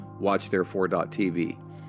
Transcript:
watchtherefore.tv